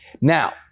Now